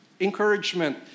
Encouragement